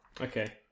Okay